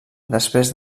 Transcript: després